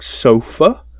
sofa